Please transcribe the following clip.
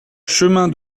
chemin